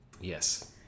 Yes